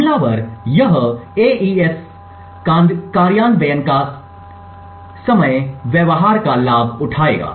हमलावर यह एईएस कार्यान्वयन का समय व्यवहार का लाभ उठाएगा